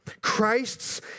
Christ's